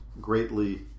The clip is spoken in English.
greatly